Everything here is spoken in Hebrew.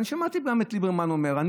אני שמעתי פעם את ליברמן אומר: אני